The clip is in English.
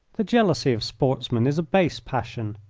the jealousy of sportsmen is a base passion.